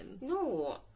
No